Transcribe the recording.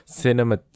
cinema